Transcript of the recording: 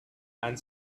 and